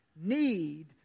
need